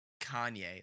Kanye